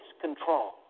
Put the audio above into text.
control